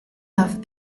have